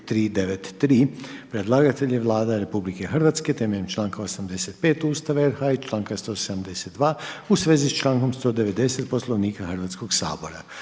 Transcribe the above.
393. Predlagatelj je Vlada Republike Hrvatske temeljem članka 85. Ustava RH i članka 172., u svezi člankom 190. Poslovnika Hrvatskog sabora.